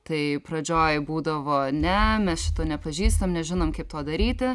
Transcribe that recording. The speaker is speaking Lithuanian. tai pradžioj būdavo ne mes šito nepažįstam nežinom kaip to daryti